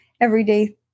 everyday